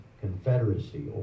confederacy